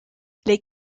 les